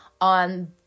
on